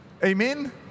Amen